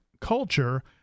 culture